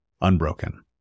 unbroken